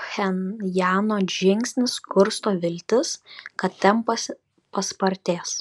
pchenjano žingsnis kursto viltis kad tempas paspartės